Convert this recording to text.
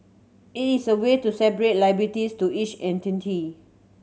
it is a way to separate liabilities to each entity